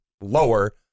lower